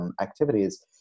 activities